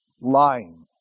lying